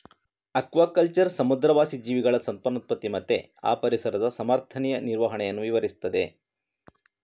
aquaculture ಸಮುದ್ರವಾಸಿ ಜೀವಿಗಳ ಸಂತಾನೋತ್ಪತ್ತಿ ಮತ್ತೆ ಆ ಪರಿಸರದ ಸಮರ್ಥನೀಯ ನಿರ್ವಹಣೆಯನ್ನ ವಿವರಿಸ್ತದೆ